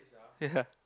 ya